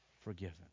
forgiven